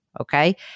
Okay